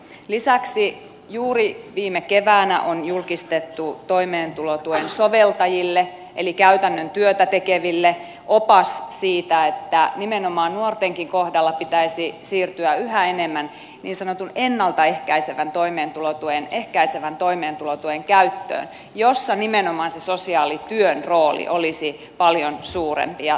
lisäksi juuri viime keväänä on julkistettu toimeentulotuen soveltajille eli käytännön työtä tekeville opas siitä että nimenomaan nuortenkin kohdalla pitäisi siirtyä yhä enemmän niin sanotun ennalta ehkäisevän toimeentulotuen ehkäisevän toimeentulotuen käyttöön jossa nimenomaan se sosiaalityön rooli olisi paljon suurempi